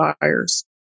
buyers